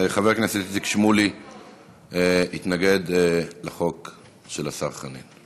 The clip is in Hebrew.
חבר הכנסת איציק שמולי יתנגד לחוק של חנין.